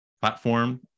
platform